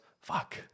fuck